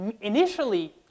initially